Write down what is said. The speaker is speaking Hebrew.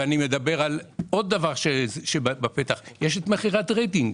ואני מדבר על עוד דבר שבפתח .יש את מכירת רידינג.